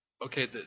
Okay